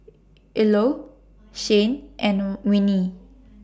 Ilo Shane and Winnie